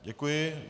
Děkuji.